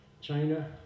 China